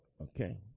Okay